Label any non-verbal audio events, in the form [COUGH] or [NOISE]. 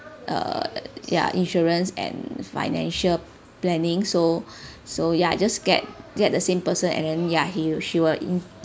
err ya insurance and financial planning so [BREATH] so ya just get get the same person and then ya he or she were in